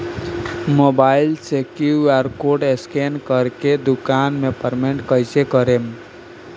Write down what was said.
Mobile से QR code scan कर के दुकान मे पेमेंट कईसे करेम?